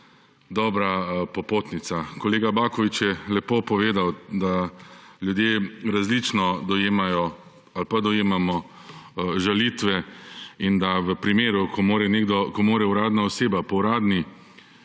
dobra popotnica. Kolega Baković je lepo povedal, da ljudje različno dojemajo ali pa dojemamo žalitve in da v primeru, ko mora uradna oseba po uradni